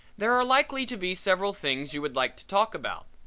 there are likely to be several things you would like to talk about.